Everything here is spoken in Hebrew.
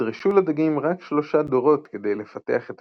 נדרשו לדגים רק שלושה דורות כדי לפתח את